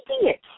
idiot